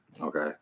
Okay